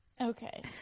Okay